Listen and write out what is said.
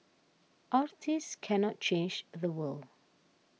artists cannot change the world